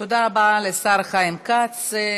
תודה רבה לשר חיים כץ.